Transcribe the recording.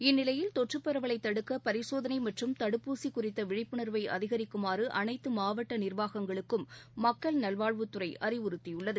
இந்நிலையில் தொற்றுப் பரவலைதடுக்க பரிசோதனைமற்றும் தடுப்பூசிகுறித்தவிழிப்புணர்வைஅதிகரிக்குமாறுஅனைத்தமாவட்டநிர்வாகங்களுக்கும் மக்கள் நல்வாழ்வுத் துறைஅறிவுறுத்தியுள்ளது